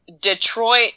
Detroit